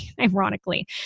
ironically